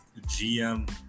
GM